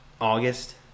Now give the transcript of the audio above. August